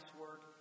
work